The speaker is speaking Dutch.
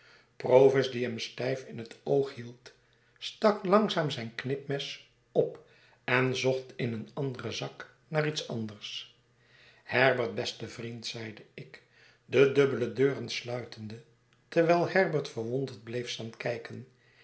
die hem stijf in het oog hield stak langzaam zijn knipmes op en zocht in een anderen zak naar iets anders herbert beste vriend zeide ik de dubbele deuren sluitende terwijl herbert verwonderd bleef staari kijken